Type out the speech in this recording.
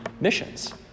missions